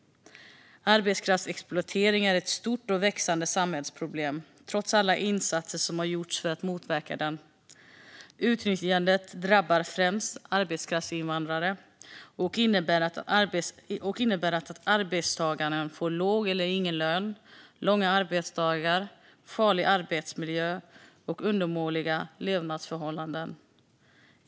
Arbetskraftsexploatering är ett stort och växande samhällsproblem, trots alla insatser som har gjorts för att motverka den. Utnyttjandet drabbar främst arbetskraftsinvandrare och innebär att arbetstagaren får låg eller ingen lön, långa arbetsdagar, farlig arbetsmiljö och undermåliga levnadsförhållanden.